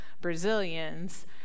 Brazilians